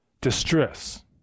distress